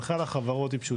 ההנחה לחברות היא פשוטה,